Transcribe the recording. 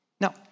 Now